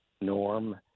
Norm